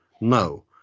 no